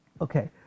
Okay